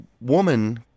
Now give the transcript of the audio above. woman